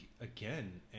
again